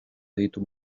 ditu